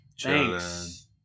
Thanks